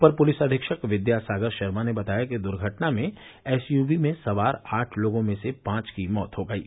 अपर पुलिस अधीक्षक विद्या सागर शर्मा ने बताया कि दुर्घटना में एसयूवी में सवार आठ लोगों में से पांच की मौत हो गयी